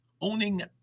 owning